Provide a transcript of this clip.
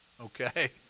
Okay